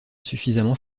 suffisamment